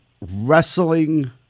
wrestling